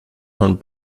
von